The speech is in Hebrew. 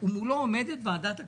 ומולו עומדת ועדת הכספים,